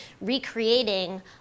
recreating